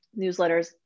Newsletters